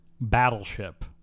battleship